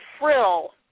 frill